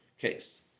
case